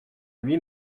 lui